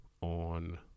on